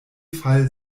fall